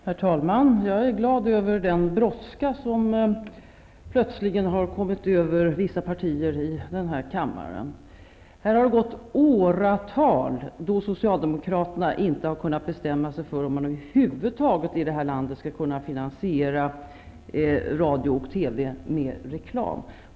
Herr talman! Jag är glad över den brådska som plötsligen har kommit över vissa partier i den här kammaren. Här har gått åratal då socialdemokraterna inte har kunnat bestämma sig för om man i vårt land över huvud taget skall kunna finansiera radio och TV med reklam.